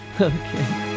Okay